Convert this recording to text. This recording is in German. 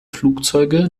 flugzeuge